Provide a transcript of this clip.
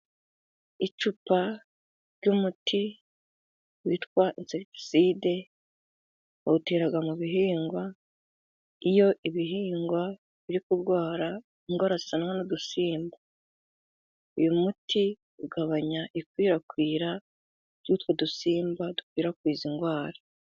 Icupa ry'umuti witwa insekitiside bawutera mu bihingwa, iyo ibihingwa biri kurwara indwara zizanwa n'udusimba. Uyu muti ugabanya ikwirakwira ry'utwo dusimba dukwirakwiza indwara.